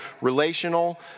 relational